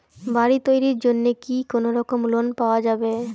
বাড়ি তৈরির জন্যে কি কোনোরকম লোন পাওয়া যাবে?